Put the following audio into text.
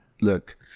Look